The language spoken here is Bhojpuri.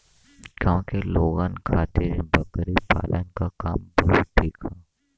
गांव के लोगन खातिर बकरी पालना क काम बहुते ठीक हौ